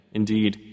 indeed